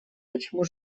почему